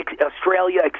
Australia